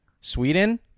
sweden